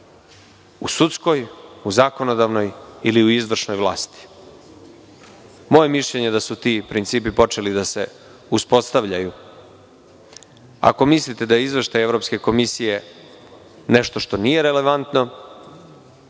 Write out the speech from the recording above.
u sudskoj, u zakonodavnoj ili u izvršnoj vlasti. Moje mišljenje je da su ti principi počeli da se uspostavljaju. Ako mislite da je izveštaj Evropske komisije nešto što nije relevantno